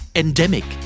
endemic